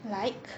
like